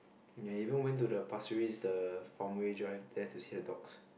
we even went to the Pasir-Ris the Farmway Drive there to see the dogs